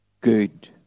good